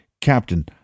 Captain